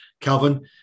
Calvin